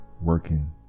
working